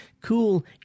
cool